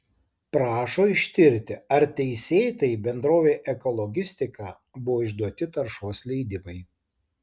prašo ištirti ar teisėtai bendrovei ekologistika buvo išduoti taršos leidimai